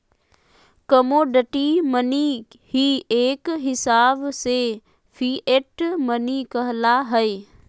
commodity money ही एक हिसाब से फिएट मनी कहला हय